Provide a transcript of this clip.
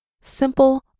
simple